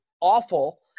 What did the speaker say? awful